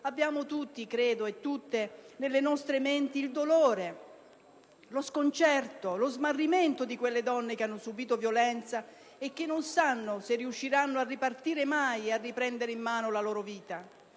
che tutti e tutte abbiano in mente il dolore, lo sconcerto e lo smarrimento di quelle donne che hanno subito violenza e che non sanno se riusciranno mai a ripartire e a riprendere in mano la loro vita.